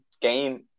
game